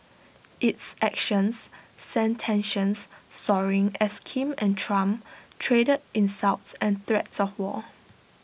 its actions sent tensions soaring as Kim and Trump traded insults and threats of war